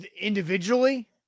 individually